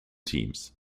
teams